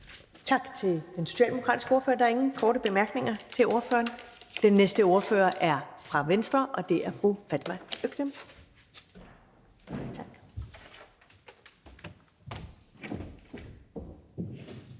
Tak til den socialdemokratiske ordfører. Der er ingen korte bemærkninger til ordføreren. Den næste ordfører er fra Venstre, og det er fru Fatma Øktem.